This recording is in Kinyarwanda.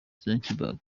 zuckerberg